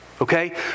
Okay